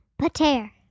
Pater